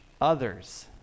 others